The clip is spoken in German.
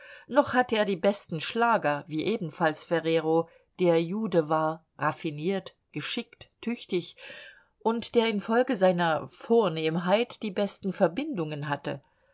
noch hatte er die besten schlager wie ebenfalls ferrero der jude war raffiniert geschickt tüchtig und der infolge seiner vornehmheit die besten verbindungen hatte